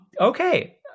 okay